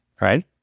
right